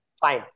fine